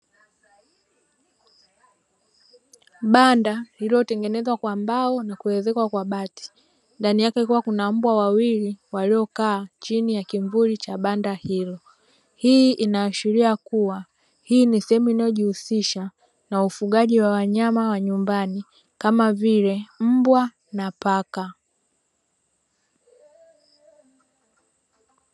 Banda lililotengenezwa kwa mbao na kuezekwa kwa bati. Ndani yake kukiwa kuna mbwa wawili waliokaa chini ya kivuli cha banda hilo. Hii inaashiria kuwa hii ni sehemu inayojihusisha na ufugaji wa wanyama wa nyumbani kama vile mbwa na paka.